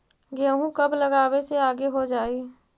गेहूं कब लगावे से आगे हो जाई?